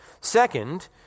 Second